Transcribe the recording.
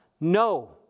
No